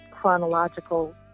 chronological